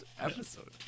episode